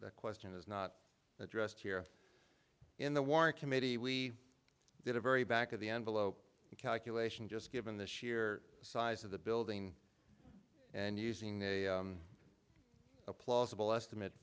the question is not addressed here in the warrant committee we did a very back of the envelope calculation just given the sheer size of the building and using a plausible estimate